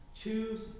Choose